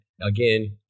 again